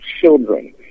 children